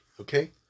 okay